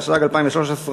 התשע"ג 2013,